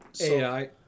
AI